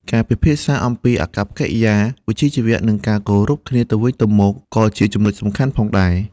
ការពិភាក្សាអំពីអាកប្បកិរិយាវិជ្ជាជីវៈនិងការគោរពគ្នាទៅវិញទៅមកក៏ជាចំណុចសំខាន់ផងដែរ។